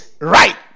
Right